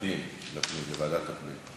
הנושא לוועדת הפנים והגנת הסביבה